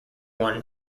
won